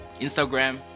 instagram